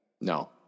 No